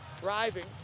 Driving